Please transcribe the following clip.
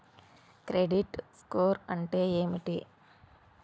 Credit score అంటే ఏమిటి?